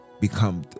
Become